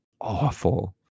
awful